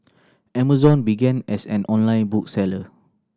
Amazon began as an online book seller